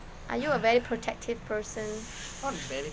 are you a very protective person